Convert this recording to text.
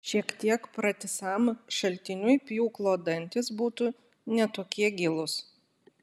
šiek tiek pratisam šaltiniui pjūklo dantys būtų ne tokie gilūs